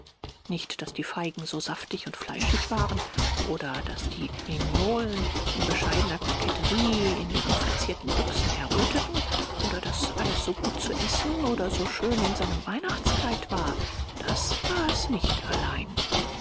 nicht daß die feigen so saftig und fleischig waren oder daß die brignolen in bescheidener koketterie in ihren verzierten büchsen erröteten oder daß alles so gut zu essen oder so schön in seinem weihnachtskleid war das war es nicht allein